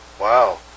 Wow